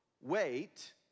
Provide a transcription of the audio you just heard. wait